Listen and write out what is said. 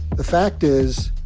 the fact is,